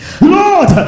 Lord